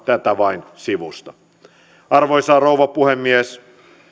tätä vain sivusta arvoisa rouva puhemies